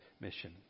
mission